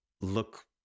look